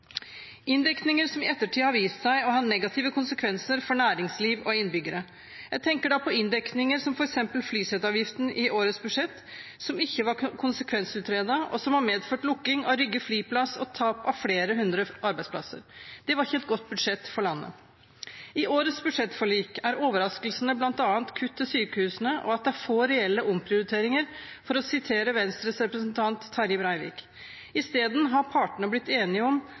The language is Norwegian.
inndekninger som i ettertid har vist seg å ha negative konsekvenser for næringsliv og innbyggere. Jeg tenker da på inndekninger som f.eks. flyseteavgiften i årets budsjett, som ikke var konsekvensutredet, og som har medført lukking av Rygge flyplass og tap av flere hundre arbeidsplasser. Det var ikke et godt budsjett for landet. I årets budsjettforlik er overraskelsene bl.a. kutt til sykehusene, og at det er få «reelle omprioriteringer», for å sitere Venstres representant Terje Breivik. Isteden har partene blitt enige om